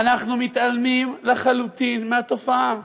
אנחנו מתעלמים לחלוטין מהתופעה.